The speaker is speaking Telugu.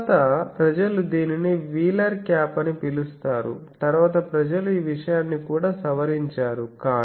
తరువాత ప్రజలు దీనిని వీలర్ క్యాప్ అని పిలుస్తారు తరువాత ప్రజలు ఈ విషయాన్ని కూడా సవరించారు